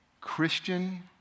Christian